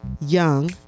young